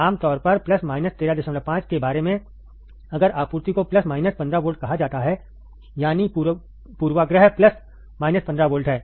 आमतौर पर plus minus 135 के बारे में अगर आपूर्ति को प्लस माइनस 15 वोल्ट कहा जाता है यानी पूर्वाग्रह प्लस माइनस 15 वोल्ट है